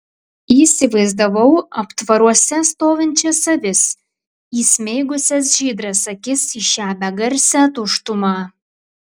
įsivaizdavau aptvaruose stovinčias avis įsmeigusias žydras akis į šią begarsę tuštumą